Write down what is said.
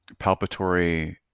palpatory